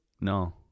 No